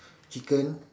chicken